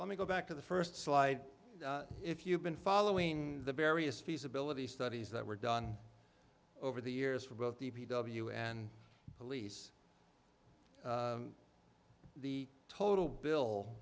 let me go back to the first slide if you've been following the various feasibility studies that were done over the years for both d p w and police the total bill